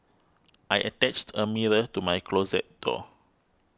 I attached a mirror to my closet door